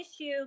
issue